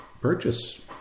purchase